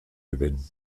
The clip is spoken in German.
gewinnen